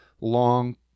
long